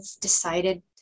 decided